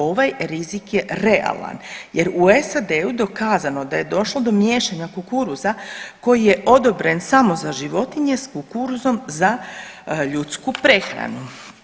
Ovaj rizik je realan, jer u SAD-u je dokazano da je došlo do miješanja kukuruza koji je odobren samo za životinje s kukuruzom za ljudsku prehranu.